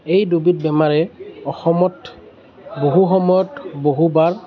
এই দুবিধ বেমাৰে অসমত বহু সময়ত বহুবাৰ